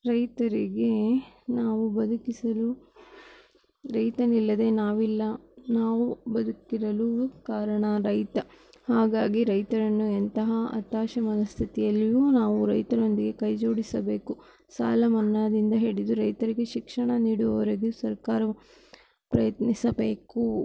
ರೈತರಿಗೆ ನಾವು ಬದುಕಿಸಲು ರೈತನಿಲ್ಲದೆ ನಾವಿಲ್ಲ ನಾವು ಬದುಕಿರಲು ಕಾರಣ ರೈತ ಹಾಗಾಗಿ ರೈತರನ್ನು ಎಂತಹ ಹತಾಶೆ ಮನಸ್ಥಿತಿಯಲ್ಲಿಯೂ ನಾವು ರೈತರೊಂದಿಗೆ ಕೈಜೋಡಿಸಬೇಕು ಸಾಲಮನ್ನದಿಂದ ಹಿಡಿದು ರೈತರಿಗೆ ಶಿಕ್ಷಣ ನೀಡುವವರೆಗೂ ಸರ್ಕಾರವು ಪ್ರಯತ್ನಿಸಬೇಕು